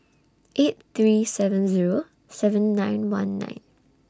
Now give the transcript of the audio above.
eight three seven Zero seven nine one nine